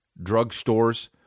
drugstores